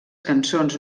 cançons